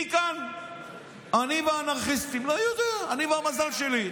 מכאן אני והאנרכיסטים, לא יודע, אני והמזל שלי.